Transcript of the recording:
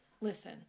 Listen